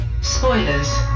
Spoilers